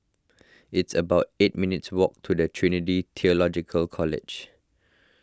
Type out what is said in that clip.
it's about eight minutes' walk to Trinity theological College